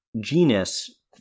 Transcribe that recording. genus